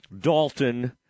Dalton